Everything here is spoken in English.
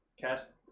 Cast